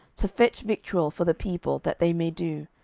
to fetch victual for the people, that they may do,